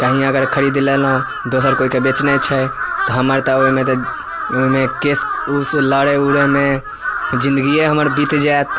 कहिॅं अगर खरीद लेलहुॅं दोसर कोइके बेचने छै तऽ हमर तऽ ओहिमे तऽ ओहिमे केस ऊस लड़ै उड़ैमे जिन्दगिये हमर बीत जायत